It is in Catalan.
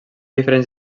diferents